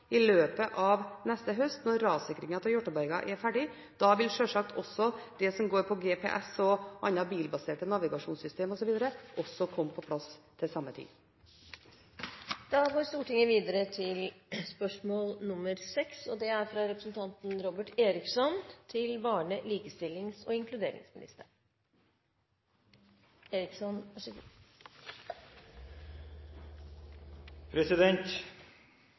i løpet av neste høst, når rassikringen av Hjartåberget er ferdig. Da vil selvsagt også det som går på GPS og andre bilbaserte navigasjonssystemer osv., komme på plass til samme tid. Jeg har følgende spørsmål til barne-, likestillings- og inkluderingsministeren: «Barne-, likestillings- og